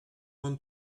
want